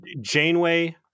Janeway